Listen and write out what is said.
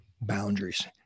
boundaries